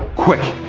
quick!